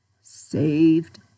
Saved